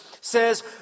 says